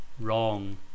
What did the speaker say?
wrong